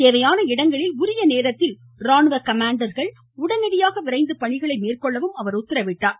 தேவையான இடங்களில் உரிய நேரத்தில் ராணுவ கமாண்டர்கள் உடனடியாக விரைந்து பணிகளை மேற்கொள்ள அவர் உத்தரவிட்டார்